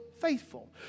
faithful